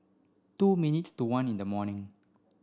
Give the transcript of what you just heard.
two minutes to one in the morning